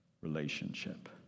relationship